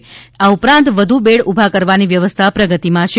તેમજ આ ઉપરાંત વધુ બેડ ઉભા કરવાની વ્યવસ્થા પ્રગતિમાં છે